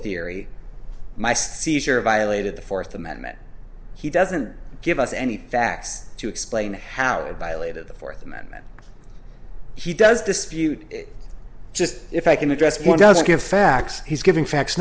theory mice seizure violated the fourth amendment he doesn't give us any facts to explain how or violated the fourth amendment he does dispute just if i can address one doesn't give facts he's giving facts